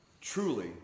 truly